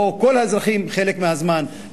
או את כל האזרחים חלק מהזמן,